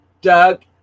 Doug